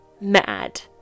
mad